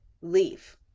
leave